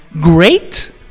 great